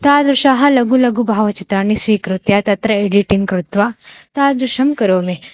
तादृशं लघु लघु भावचित्राणि स्वीकृत्य तत्र एडिटिङ्ग् कृत्वा तादृशं करोमि